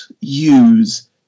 use